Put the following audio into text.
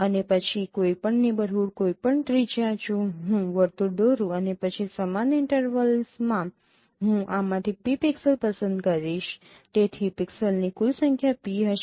અને પછી કોઈપણ નેબરહૂડ કોઈપણ ત્રિજ્યા જો હું વર્તુળ દોરું અને પછી સમાન ઇન્ટરવલમાં હું આમાંથી P પિક્સેલ્સ પસંદ કરીશ તેથી પિક્સેલ્સની કુલ સંખ્યા P હશે